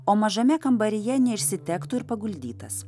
o mažame kambaryje neišsitektų ir paguldytas